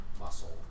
muscle